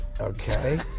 Okay